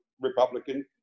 Republican